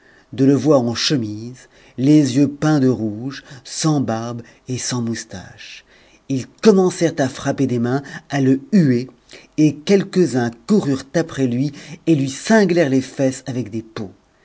de le voir en chemise les yeux peints de rouge sans barbe et sans moustache ils commencèrent à frapper des mains à le huer et quelques-uns coururent après lui et lui cinglèrent les fesses avec des peaux